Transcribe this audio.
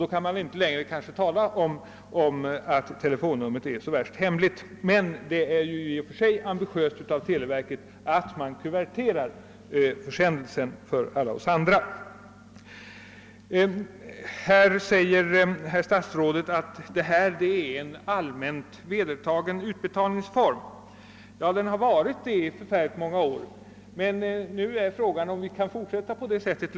Telefonnumret kan följaktligen inte vara särskilt hemligt. Men det är ju ändå i och för sig ambitiöst att televerket kuverterar denna försändelse för alla abonnenter. Statsrådet anför vidare att det nuvarande förfaringssättet vid utbetalningar är allmänt vedertaget. Ja, det har varit så under många år, men frågan är nu om vi kan fortsätta längre med detta.